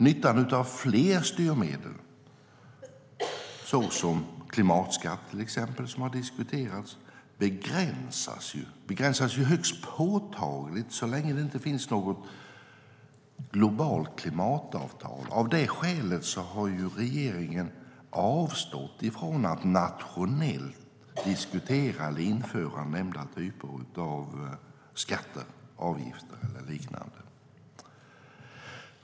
Nyttan av fler styrmedel, såsom den klimatskatt som har diskuterats, begränsas högst påtagligt så länge det inte finns något globalt klimatavtal. Av detta skäl har regeringen avstått från att nationellt diskutera eller införa nämnda typer av skatter, avgifter eller liknande.